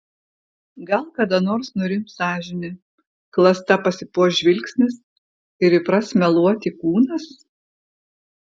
gal kada nors nurims sąžinė klasta pasipuoš žvilgsnis ir įpras meluoti kūnas